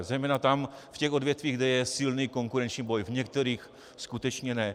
Zejména tam, v těch odvětvích, kde je silný konkurenční boj, v některých skutečně ne.